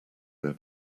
their